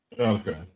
Okay